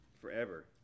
forever